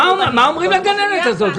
מה אומרים לגננת הזאת?